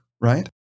right